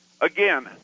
again